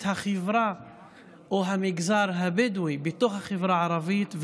את המגזר הבדואי בתוך החברה הערבית,